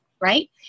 Right